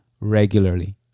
regularly